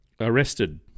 arrested